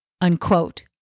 Unquote